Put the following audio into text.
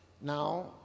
Now